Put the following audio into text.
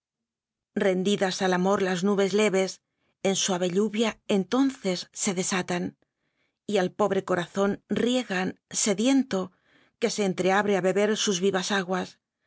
rendidas al amor las nubes leves en suave lluvia entonces se desatan al pobre corazón riegan sediento que se entreabre á beber sus vivas aguas